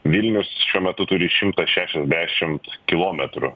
vilnius šiuo metu turi šimtą šešiasdešimt kilometrų